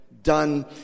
done